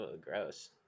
gross